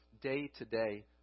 day-to-day